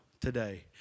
today